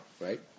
right